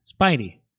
Spidey